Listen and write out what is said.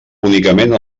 únicament